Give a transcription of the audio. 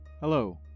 Hello